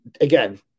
again